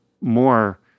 more